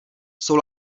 jsou